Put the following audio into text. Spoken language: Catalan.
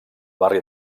barri